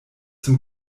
zum